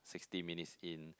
sixty minutes in